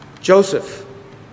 Joseph